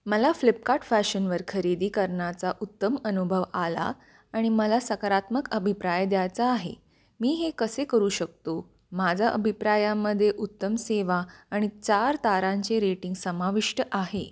मला फ्लिपकार्ट फॅशनवर खरेदी करण्याचा उत्तम अनुभव आला आणि मला सकारात्मक अभिप्राय द्यायचा आहे मी हे कसे करू शकतो माझ्या अभिप्रायामध्ये उत्तम सेवा आणि चार तारांची रेटिंग समाविष्ट आहे